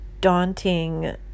daunting